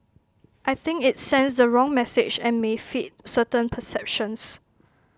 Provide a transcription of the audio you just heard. I think IT sends the wrong message and may feed certain perceptions